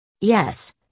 Yes